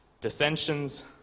dissensions